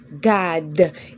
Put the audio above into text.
God